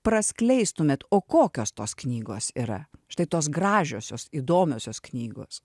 praskleistumėt o kokios tos knygos yra štai tos gražiosios įdomiosios knygos